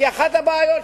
כי אחת הבעיות,